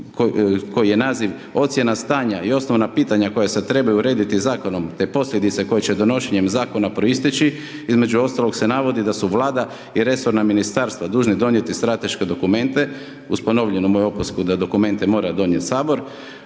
kojoj je naziv ocjena stanja i osnovna pitanja koja se trebaju urediti zakonom, te posljedice koje će donošenjem zakona proisteći, između ostalog se navodi da su vlada i resorna ministarstva dužni donijeti strateške dokumente, uz ponovljenu moju opasku, da dokumente mora donijeti Sabor,